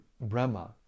Brahma